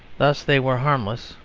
thus they were harmless,